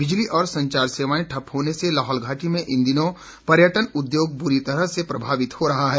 बिजली और संचार सेवाएं ठप्प होने से लाहौल घाटी में इन दिनों पर्यटन उद्योग बुरी तरह से प्रभावित हो रहा है